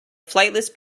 flightless